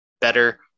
Better